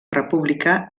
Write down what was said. república